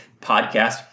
podcast